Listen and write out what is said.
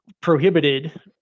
prohibited